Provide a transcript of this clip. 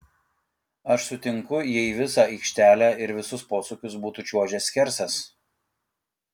aš sutinku jei visą aikštelę ir visus posūkius būtų čiuožęs skersas